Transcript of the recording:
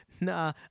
Nah